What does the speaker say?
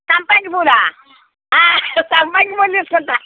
సంపంగి పూలు సంపంగి పూలు తీసుకుంటాను